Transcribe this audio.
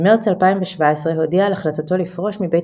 במרץ 2017 הודיע על החלטתו לפרוש מבית